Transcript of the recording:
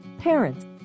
Parents